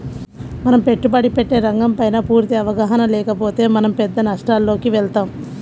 మనం పెట్టుబడి పెట్టే రంగంపైన పూర్తి అవగాహన లేకపోతే మనం పెద్ద నష్టాలలోకి వెళతాం